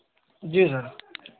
जी sir